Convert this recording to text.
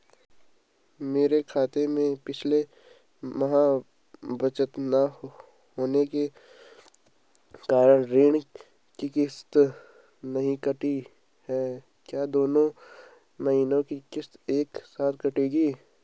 मेरे खाते में पिछले माह बचत न होने के कारण ऋण की किश्त नहीं कटी है क्या दोनों महीने की किश्त एक साथ कटेगी?